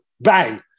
bang